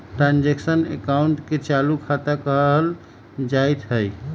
transaction अकाउंटे के चालू खता कहल जाइत हइ